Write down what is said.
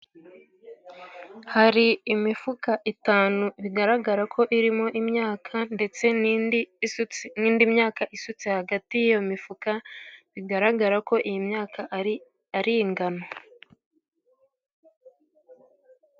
Hari imifuka itanu bigaragara ko irimo imyaka ndetse n'indi n'indi myaka isutse hagati y'iyo mifuka, bigaragara ko iyi myaka ari ari ingano.